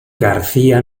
garcía